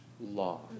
law